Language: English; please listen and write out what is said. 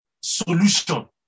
solution